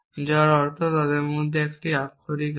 যার অর্থ তাদের মধ্যে একটি আক্ষরিক আছে